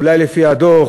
ואולי לפי הדוח